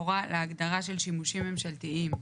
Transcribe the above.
לכאורה להגדרה של שימושים ממשלתיים.